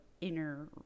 inner